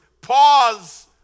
Pause